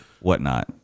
whatnot